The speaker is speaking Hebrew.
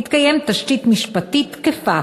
תתקיים תשתית משפטית תקפה